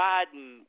Biden